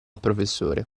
professore